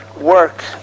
work